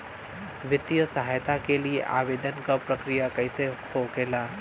वित्तीय सहायता के लिए आवेदन क प्रक्रिया कैसे होखेला?